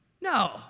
No